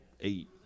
eight